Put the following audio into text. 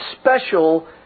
special